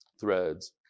threads